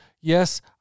yes